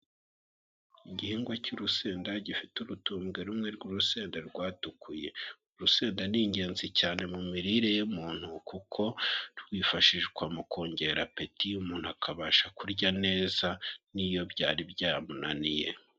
Igihingwa cy'urusenda gifite urutumbwe rumwe rw'urusenda rwatukuye. Urusenda ni ingenzi cyane mu mirire y'umuntu kuko rwifashishwa mu kongera apeti y'umuntu akabasha kurya neza n'iyo byari byamunaniye.